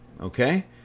okay